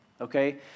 Okay